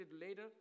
later